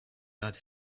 not